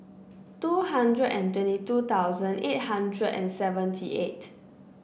two hundred and twenty two thousand eight hundred and seventy eight